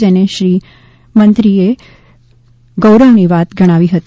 જેને મંત્રીશ્રીએ ગૌરવની વાત ગણાવી હતી